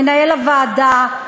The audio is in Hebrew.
מנהל הוועדה,